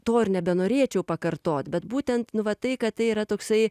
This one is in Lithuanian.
to ir nebenorėčiau pakartot bet būtent nu va tai kad tai yra toksai